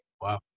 wow